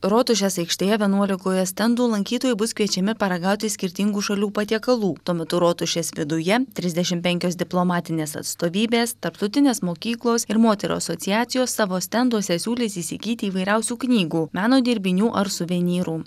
rotušės aikštėje vienuolikoje stendų lankytojai bus kviečiami paragauti skirtingų šalių patiekalų tuo metu rotušės viduje trisdešimt penkios diplomatinės atstovybės tarptautinės mokyklos ir moterų asociacijos savo stenduose siūlys įsigyti įvairiausių knygų meno dirbinių ar suvenyrų